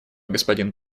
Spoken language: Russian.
господин